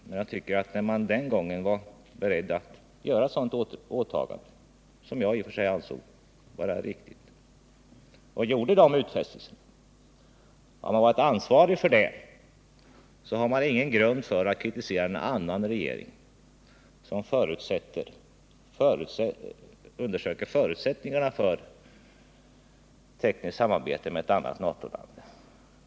Men jag tycker att när man den gången var beredd att göra ett sådant åtagande — som jag i och för sig ansåg vara riktigt — gjorde de utfästelserna och var ansvarig för dem, har man ingen grund för att nu kritisera en annan regering som undersöker förutsättningarna för tekniskt samarbete med ett annat NATO-land.